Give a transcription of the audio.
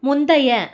முந்தைய